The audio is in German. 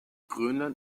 grönland